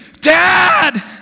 Dad